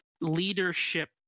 leadership